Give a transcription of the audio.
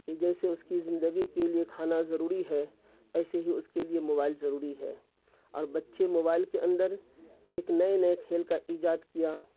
کہ جیسے اس کی زندگی کے لیے کھانا ضروری ہے ایسے ہی اس کے لیے موبائل ضروری ہے اور بچے موبائل کے اندر ایک نئے نئے کھیل کا ایجاد کیا